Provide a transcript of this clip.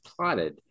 plotted